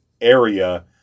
area